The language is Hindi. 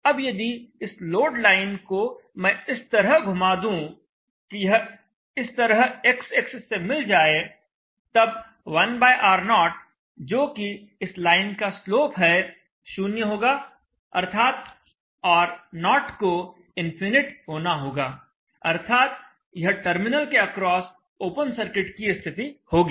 अब यदि इस लोड लाइन को मैं इस तरह घुमा दूँ कि यह इस तरह x एक्सिस से मिल जाए तब 1R0 जो कि इस लाइन का स्लोप है शून्य होगा अर्थात R0 को इनफिनिट होना होगा अर्थात यह टर्मिनल के अक्रॉस ओपन सर्किट की स्थिति होगी